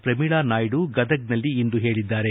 ಪ್ರಮೀಳಾ ನಾಯ್ಡು ಗದಗನಲ್ಲಿಂದು ಹೇಳಿದ್ದಾರೆ